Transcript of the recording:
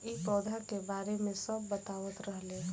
इ पौधा के बारे मे सब बतावत रहले